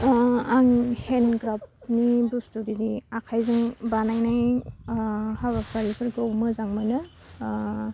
अह आं हेन्दग्राबनि बुस्थु बिदि आखाइजों बानायनाय हाबाफारिफोरखौ मोजां मोनो